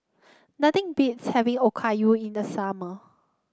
nothing beats having Okayu in the summer